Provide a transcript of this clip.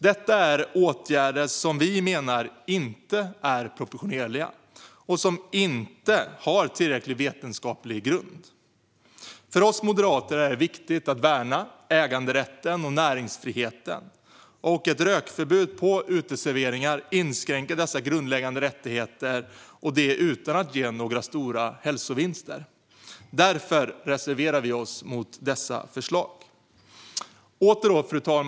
Detta är åtgärder som vi menar inte är proportionerliga och inte har tillräcklig vetenskaplig grund. För oss moderater är det viktigt att värna äganderätten och näringsfriheten. Ett rökförbud på uteserveringar inskränker dessa grundläggande rättigheter utan att ge några stora hälsovinster. Därför reserverar vi oss mot dessa förslag. Fru talman!